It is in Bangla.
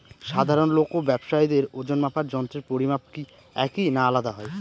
সাধারণ লোক ও ব্যাবসায়ীদের ওজনমাপার যন্ত্রের পরিমাপ কি একই না আলাদা হয়?